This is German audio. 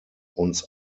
uns